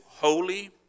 holy